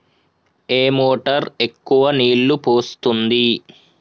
ఏ motor ఎక్కువ నీళ్లు పోస్తుంది?